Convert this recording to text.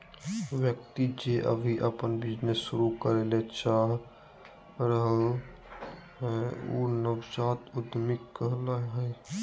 व्यक्ति जे अभी अपन बिजनेस शुरू करे ले चाह रहलय हें उ नवजात उद्यमिता कहला हय